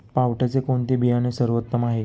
पावट्याचे कोणते बियाणे सर्वोत्तम आहे?